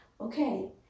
Okay